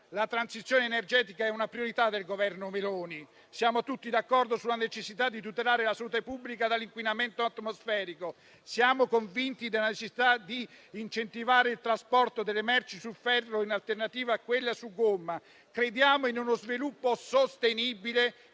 la transizione energetica è una priorità del Governo Meloni. Siamo tutti d'accordo sulla necessità di tutelare la salute pubblica dall'inquinamento atmosferico. Siamo convinti della necessità di incentivare il trasporto delle merci su ferro, in alternativa a quello su gomma. Crediamo in uno sviluppo sostenibile,